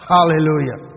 Hallelujah